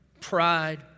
pride